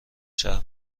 شهر